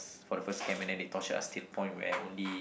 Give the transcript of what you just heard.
for the first camp and then they torture us till the point where only